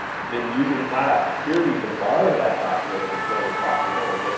then using cloud app security to monitor that document as it's going across the network. like,